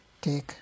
Take